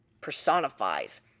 personifies